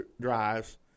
drives